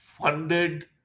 funded